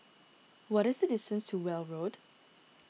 what is the distance to Weld Road